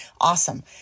Awesome